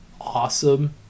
Awesome